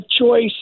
choice